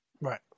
Right